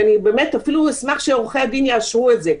ואני באמת אשמח שעורכי הדין יאשרו את זה.